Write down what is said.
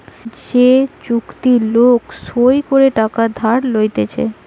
যে চুক্তি লোক সই করে টাকা ধার লইতেছে